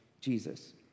Jesus